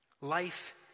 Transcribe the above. Life